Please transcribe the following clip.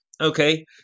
okay